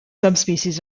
subspecies